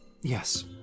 Yes